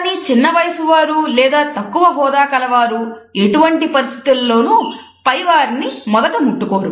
కానీ చిన్న వయసు వారు లేదా తక్కువ హోదా కలవారు ఎటువంటి పరిస్థితుల్లోనూ పై వారిని మొదట ముట్టుకోరు